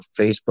Facebook